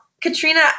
Katrina